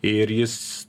ir jis